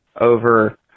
over